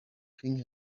king